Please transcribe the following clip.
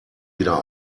wieder